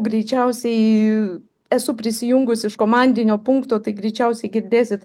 greičiausiai esu prisijungus iš komandinio punkto tai greičiausiai girdėsit